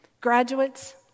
Graduates